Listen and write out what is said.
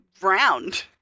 round